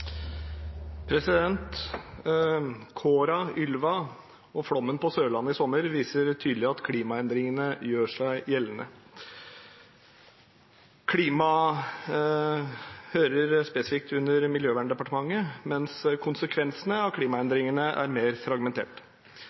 Ylva og flommen på Sørlandet i sommer viser tydelig at klimaendringene gjør seg gjeldende. Klima hører spesifikt inn under Klima- og miljødepartementet, mens konsekvensene av klimaendringene er mer fragmentert.